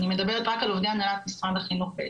אני מדברת רק על עובדי הנהלת משרד החינוך בעצם.